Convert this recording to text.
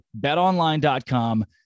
betonline.com